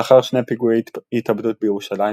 לאחר שני פיגועי התאבדות בירושלים,